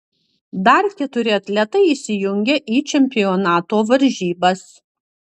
dar keturi atletai įsijungia į čempionato varžybas